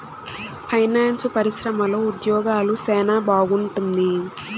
finance పరిశ్రమలో ఉద్యోగాలు సెనా బాగుంటుంది